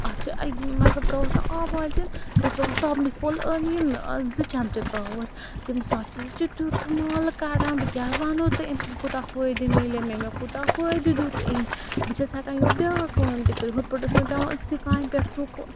اَتھ چھِ اَکہِ مطلب ترٛووُتھ نا آب بالٹیٖن بیٚیہِ ترٛووُس صابنہِ پھوٚل زٕ چَمچہِ ترٛاوہوس چھُ تیٛتھ مل کَڑان بہٕ کیٛاہ وَنہو تۄہہِ اَمہِ سۭتۍ کوٗتاہ فٲیدٕ میلیٛو مےٚ مےٚ کوٗتاہ فٲیدٕ دیٛت أمۍ بہٕ چھیٚس ہیٚکان یورٕ بیٛاکھ کٲم تہِ کٔرِتھ ہُتھ پٲٹھۍ اوس مےٚ پیٚوان أکسٕے کامہِ پٮ۪ٹھ رُکُن